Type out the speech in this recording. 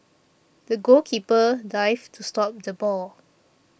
the goalkeeper dived to stop the ball